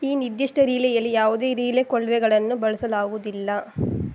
ಈ ನಿರ್ದಿಷ್ಟ ರಿಲೇಯಲ್ಲಿ ಯಾವುದೇ ರಿಲೇ ಕೊಳವೆಗಳನ್ನು ಬಳಸಲಾಗುವುದಿಲ್ಲ